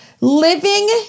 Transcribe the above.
living